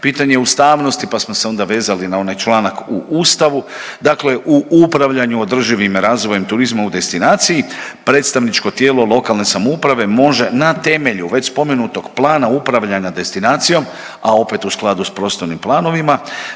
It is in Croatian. Pitanje ustavnosti pa smo se onda vezali na onaj članak u Ustavu, dakle u upravljanju održivim razvojem turizma u destinaciji predstavničko tijelo lokalne samouprave može na temelju već spomenutog plana upravljanja destinacijom, a opet u skladu s prostornim planovima